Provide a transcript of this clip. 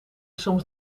soms